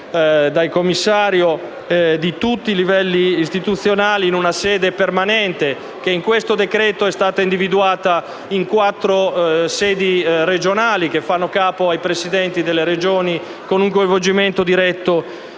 dal Commissario, di tutti i livelli istituzionali in una sede permanente, che in questo decreto-legge è stata individuata in quattro sedi regionali che fanno capo ai Presidenti delle Regioni con il coinvolgimento diretto